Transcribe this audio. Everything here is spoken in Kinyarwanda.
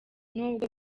nubwo